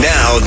Now